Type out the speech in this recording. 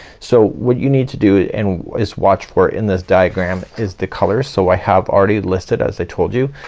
so what you need to do and is watch for in this diagram is the color. so i have already listed as i told you.